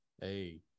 hey